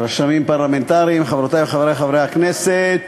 רשמים פרלמנטריים, חברותי וחברי חברי הכנסת